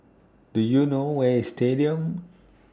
Do YOU know Where IS Stadium